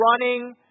running